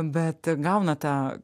bet gauna tą